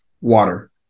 water